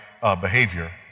behavior